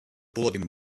bulletin